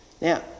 Now